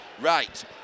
right